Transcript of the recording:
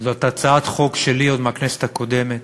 זאת הצעת חוק שלי עוד מהכנסת הקודמת,